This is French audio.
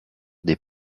des